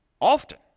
often